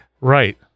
Right